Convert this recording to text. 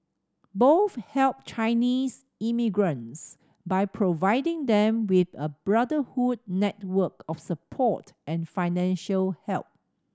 both helped Chinese immigrants by providing them with a brotherhood network of support and financial help